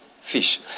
fish